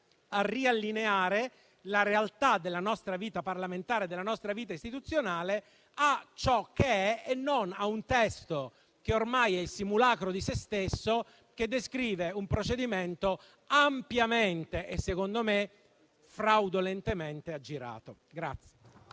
a riallineare la realtà della nostra vita parlamentare e istituzionale a ciò che è e non a un testo che ormai è il simulacro di se stesso, che descrive un procedimento ampiamente e - secondo me - fraudolentemente aggirato.